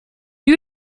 you